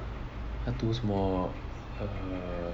他读什么 err